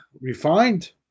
refined